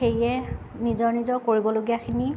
সেয়ে নিজৰ নিজৰ কৰিবলগীয়াখিনি